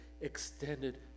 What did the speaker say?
extended